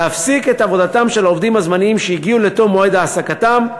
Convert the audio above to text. להפסיק את עבודתם של העובדים הזמניים שהגיעו לתום מועד העסקתם,